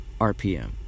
RPM